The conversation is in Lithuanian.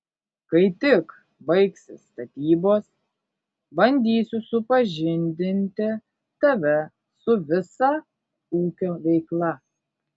kai tik baigsis statybos bandysiu supažindinti tave su visa ūkio veikla